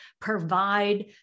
provide